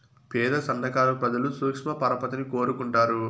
పేద సన్నకారు ప్రజలు సూక్ష్మ పరపతిని కోరుకుంటారు